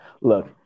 Look